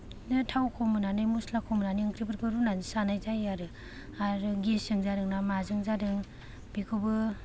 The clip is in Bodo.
दा थाव खम होनानै मसला खम होनानै ओंख्रिफोरखौ जानाय जायो आरो आरो गेसजों जादों ना माजों जादों बेखौबो